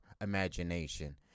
imagination